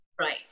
Right